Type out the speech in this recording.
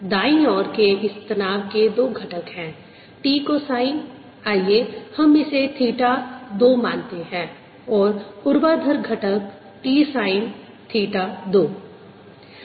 दायीं ओर के इस तनाव के दो घटक हैं T कोसाइन आइए हम इसे थीटा 2 मानते हैं और ऊर्ध्वाधर घटक T साइन थीटा 2